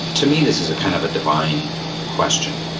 to me, this is a kind of divine question.